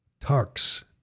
Tarks